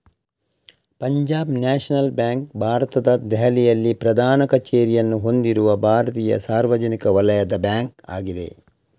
Punjab national bank ಭಾರತದ ದೆಹಲಿಯಲ್ಲಿ ಪ್ರಧಾನ ಕಚೇರಿಯನ್ನು ಹೊಂದಿರುವ ಭಾರತೀಯ ಸಾರ್ವಜನಿಕ ವಲಯದ ಬ್ಯಾಂಕ್ ಆಗಿದೆ